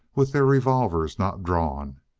with their revolvers not drawn.